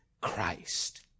Christ